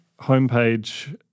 homepage